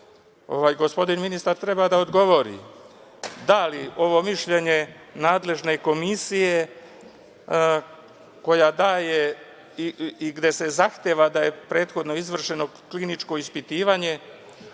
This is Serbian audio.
gospodin ministar treba da odgovori da li ovo mišljenje nadležne komisije koja daje i gde se zahteva da je prethodno izvršeno kliničko ispitivanje,